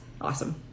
awesome